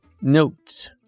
Notes